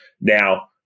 Now